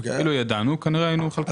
אילו ידענו כנראה היינו מחלקים.